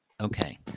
Okay